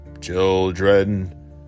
Children